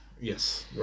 Yes